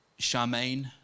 Charmaine